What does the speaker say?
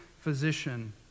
physician